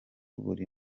buri